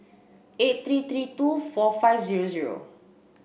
eight three three two four five zero zero